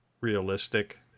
realistic